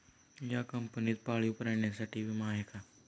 या कंपनीत पाळीव प्राण्यांसाठी विमा आहे का?